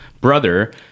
brother